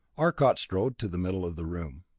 arcot strode to the middle of the room,